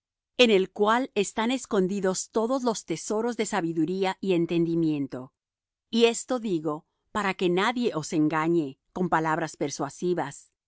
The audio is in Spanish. en el cual están escondidos todos los tesoros de sabiduría y conocimiento y esto digo para que nadie os engañe con palabras persuasivas